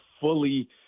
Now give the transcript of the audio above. fully